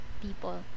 people